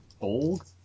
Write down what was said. Old